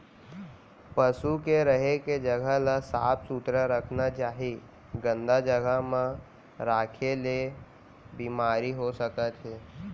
पसु के रहें के जघा ल साफ सुथरा रखना चाही, गंदा जघा म राखे ले ऐ बेमारी हो सकत हे